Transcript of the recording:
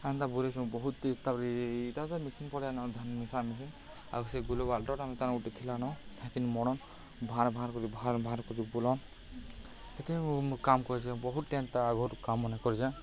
ଏନ୍ତା ବୁଲ୍ସୁଁ ବହୁତ୍ ଟେ ତା'ପରେ ଇଟା ତ ମିସିନ୍ ପଳେଇଆଏଲାନ ଧାନ୍ ମିଶା ମିସିନ୍ ଆଉ ସେ ଗୁଲ ବାଲ୍ଟଟା କାଣା ଗୁଟେ ଥିଲାନ ହେକି ମଡ଼ନ୍ ଭାଁର୍ ଭାଁର୍ କରି ଭାଁର୍ ଭାଁର୍ କରି ବୁଲନ୍ ଏକି ମୁଇଁ କାମ୍ କରିଚେଁ ବହୁତ୍ ଟେ ହେନ୍ତା ଆଗ କାମ୍ ମାନେ କରିଚେ